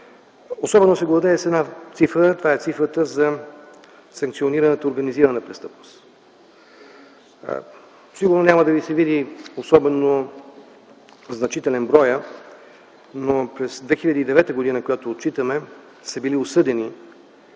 Особено се гордея с една цифра – цифрата за санкционираната организирана престъпност. Сигурно няма да ви се види особено значителен броят, но през 2009 г., която отчитаме, са били осъдени